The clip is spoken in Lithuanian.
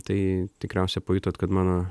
tai tikriausiai pajutot kad mano